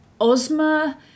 Ozma